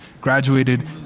Graduated